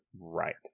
right